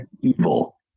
evil